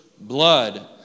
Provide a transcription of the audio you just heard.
Blood